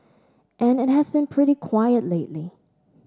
and it has been pretty quiet lately